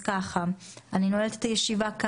אני נועלת את הישיבה,